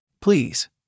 Please